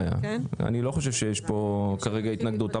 אני לא חושב שיש כאן כרגע התנגדות.